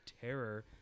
terror